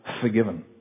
forgiven